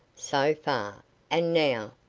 so far and now,